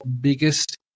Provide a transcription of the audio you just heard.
biggest